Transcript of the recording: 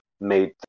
made